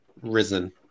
risen